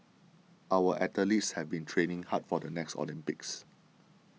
our athletes have been training hard for the next Olympics